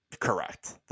correct